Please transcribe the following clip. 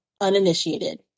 uninitiated